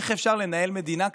איך אפשר לנהל מדינה ככה?